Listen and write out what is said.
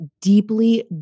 deeply